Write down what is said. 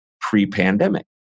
pre-pandemic